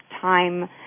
time